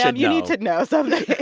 um you need to know something